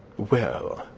well,